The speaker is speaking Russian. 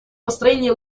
построения